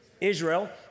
Israel